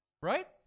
Right